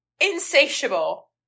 insatiable